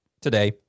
today